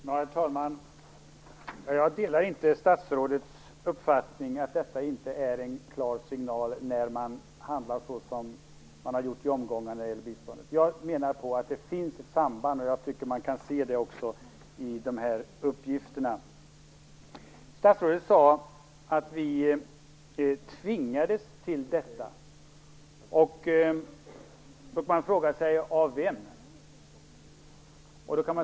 Herr talman! Jag delar inte statsrådets uppfattning att det inte är en klar signal när man handlar såsom man har gjort i omgångar när det gäller biståndet. Jag menar att det finns ett samband, och jag tycker också att man kan se det i de här uppgifterna. Statsrådet sade att vi tvingades till detta. Då kan man fråga sig: av vem?